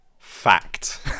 Fact